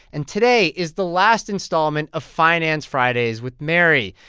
and today is the last installment of finance fridays with mary,